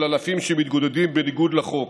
של אלפים שמתגודדים בניגוד לחוק.